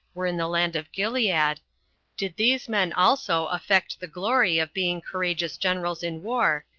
were in the land of gilead, did these men also affect the glory of being courageous generals in war,